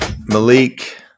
Malik